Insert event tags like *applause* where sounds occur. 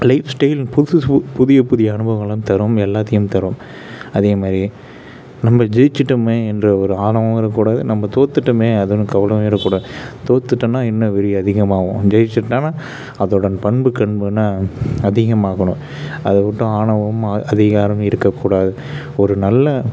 life style புதுசு சு புதிய புதிய அனுபவங்களும் தரும் எல்லாத்தையும் தரும் அதேமாதிரியே நம்ம ஜெயிச்சிட்டோமே என்ற ஒரு ஆணவம் இருக்கக்கூடாது நம்ம தோத்துட்டோமே அதன் *unintelligible* ஆயிடக்கூடாது தோத்துட்டோன்னா இன்னும் வெறி அதிகமாகவும் ஜெயிச்சிட்டோன்னா அதோடய பண்பு கண் முன்னே அதிகமாகணும் அதை விட்டு ஆணவம் அதிகாரம் இருக்கக்கூடாது ஒரு நல்ல